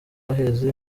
haheze